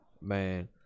man